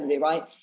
Right